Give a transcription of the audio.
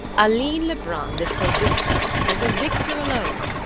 aline lebrun lives for victor, and for victor alone.